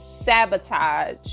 sabotage